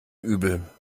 übel